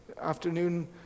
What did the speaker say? afternoon